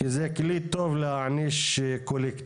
כי זה כלי טוב להעניש קולקטיב.